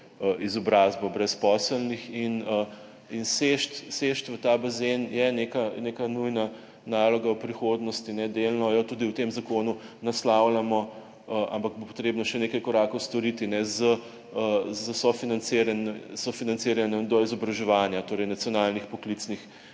izobrazbo brezposelnih. Seči v ta bazen je neka nujna naloga v prihodnosti. Delno jo tudi v tem zakonu naslavljamo, ampak bo potrebno še nekaj korakov storiti s sofinanciranjem doizobraževanja, torej nacionalnih poklicnih